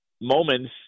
moments